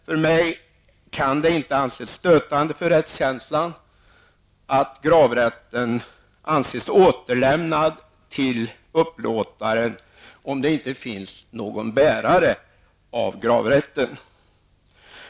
Som jag ser det är det inte stötande för rättskänslan att gravrätten anses återlämnad till upplåtaren, om det inte finns någon bärare av gravrätten.